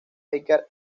edgar